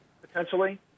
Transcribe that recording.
potentially